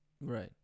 right